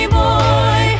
boy